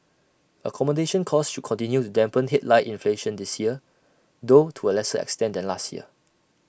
accommodation costs should continue to dampen headline inflation this year though to A lesser extent than last year